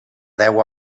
deu